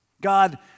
God